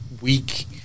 weak